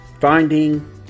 Finding